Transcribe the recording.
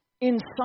inside